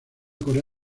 corea